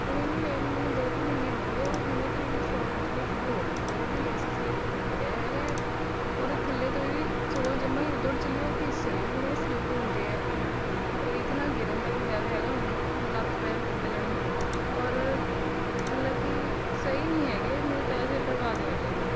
ਹੁਣ ਇਹਨੂੰ ਲਏ ਨੂੰ ਮੈਨੂੰ ਦੋ ਕੁ ਮਹੀਨੇ ਹੋ ਗਏ ਹੁਣੀ ਇਹਤੋਂ ਇਹਦੀ ਸੌਲ਼ ਉੱਧੜਨੀ ਸ਼ੁਰੂ ਹੋ ਗਈ ਔਰ ਇਹਦੀ ਲੇਸ਼ਿਜ਼ ਵੀ ਇੱਕ ਟੁੱਟ ਗਿਆ ਹੈਗਾ ਹੈ ਔਰ ਥੱਲੇ ਤੋਂ ਇਹਦੀ ਸੌਲ਼ ਜਮ੍ਹਾਂ ਹੀ ਉੱਧੜ ਚੱਲੀ ਔਰ ਘਿੱਸ ਚੱਲੀ ਹੁਣ ਇਹ ਸਲਿੱਪ ਹੁੰਦੇ ਹੈ ਇਹਦੇ ਔਰ ਇਹਦੇ ਨਾਲ ਗਿਰਨ ਦਾ ਵੀ ਡਰ ਹੈਗਾ ਹੁਣ ਲੱਤ ਪੈਰ ਟੁੱਟ ਜਾਣੀ ਔਰ ਮਤਲਬ ਕਿ ਸਹੀ ਨਹੀਂ ਹੈਗੇ ਮੇਰੇ ਪੈਸੇ ਬਰਬਾਦ ਹੈਗੇ ਇਹ